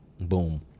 boom